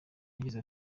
yagize